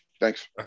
Thanks